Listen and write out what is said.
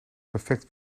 perfect